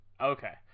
Okay